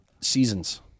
Seasons